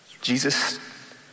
Jesus